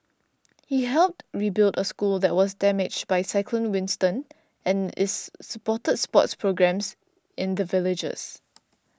he's helped rebuild a school that was damaged by cyclone Winston and is supported sports programmes in the villages